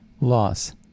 loss